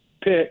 pick